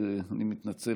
אני מתנצל.